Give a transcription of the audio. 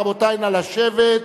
רבותי, נא לשבת.